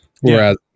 Whereas